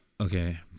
Okay